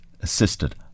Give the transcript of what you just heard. assisted